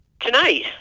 tonight